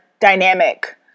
dynamic